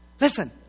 Listen